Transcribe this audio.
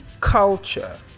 culture